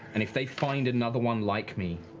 and if they find another one like me,